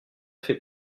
fait